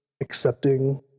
Accepting